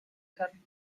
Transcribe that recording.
kann